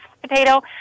potato